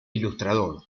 ilustrador